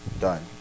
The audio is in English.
Done